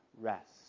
rest